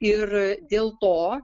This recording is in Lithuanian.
ir dėl to